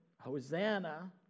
Hosanna